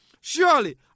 Surely